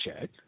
check